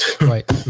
Right